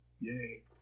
Yay